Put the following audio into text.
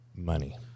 money